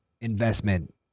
investment